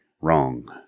wrong